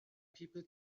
people